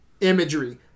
Imagery